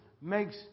makes